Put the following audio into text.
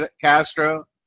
Castro